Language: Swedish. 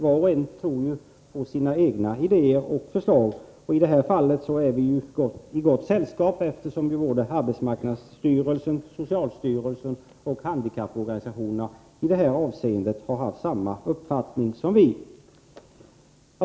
Var och en tror ju på sina egna idéer och förslag. I det här fallet är vi i gott sällskap, eftersom både arbetsmarknadsstyrelsen, socialstyrelsen och handikapporganisationerna i det här avseendet har haft samma uppfattning som vi.